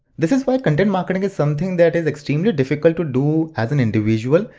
this is why content marketing is something that is extremely difficult to do as an individual,